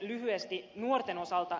lyhyesti nuorten osalta